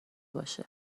باشه